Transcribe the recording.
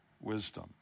wisdom